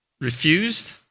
refused